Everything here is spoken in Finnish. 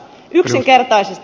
yksinkertaisesti